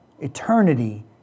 eternity